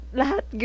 lahat